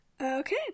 Okay